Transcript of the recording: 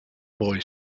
boy